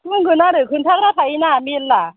बुंगोन आरो खोन्थाग्रा थायोना मेरला